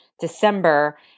December